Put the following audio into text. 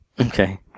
okay